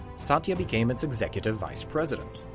satya became its executive vice-president.